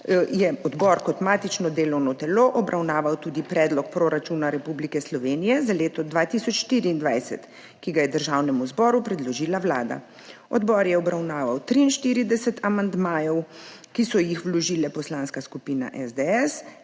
18. 11. kot matično delovno telo obravnaval tudi Predlog proračuna Republike Slovenije za leto 2024, ki ga je Državnemu zboru predložila Vlada. Odbor je obravnaval 43 amandmajev, ki so jih vložile poslanske skupine SDS,